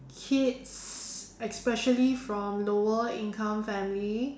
kids especially from lower income family